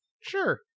Sure